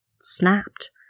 snapped